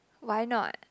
why not